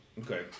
Okay